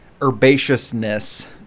herbaceousness